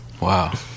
Wow